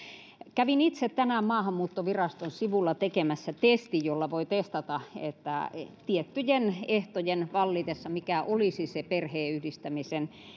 kävin itse tänään maahanmuuttoviraston sivuilla tekemässä testin jolla voi testata mikä olisi tiettyjen ehtojen vallitessa se perheenyhdistämisen